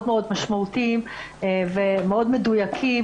הם מאוד מאוד משמעותיים ומאוד מדויקים,